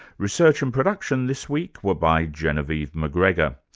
research and production this week were by jeanavive mcgregor.